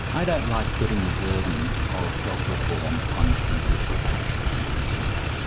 i don't like putting the burden of health reform on individual patients and consumers.